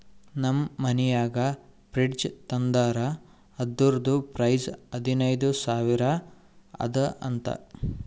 ನಮ್ ಮನ್ಯಾಗ ಫ್ರಿಡ್ಜ್ ತಂದಾರ್ ಅದುರ್ದು ಪ್ರೈಸ್ ಹದಿನೈದು ಸಾವಿರ ಅದ ಅಂತ